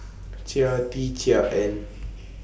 Chia Tee Chiak and